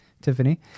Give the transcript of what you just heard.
Tiffany